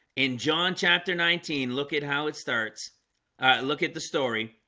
in john chapter nineteen, look at how it starts look at the story.